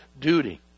duty